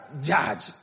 judge